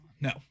No